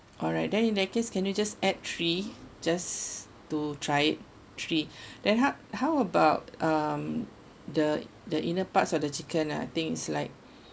alright then in that case can you just add three just to try it three then how how about um the the inner parts of the chicken ah I think is like